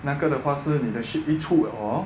那个的话是你的 ship 一出 or